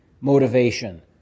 motivation